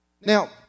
Now